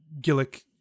Gillick